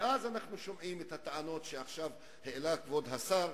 ואז אנחנו שומעים את הטענות שעכשיו העלה כבוד השר: